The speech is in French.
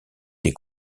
des